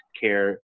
care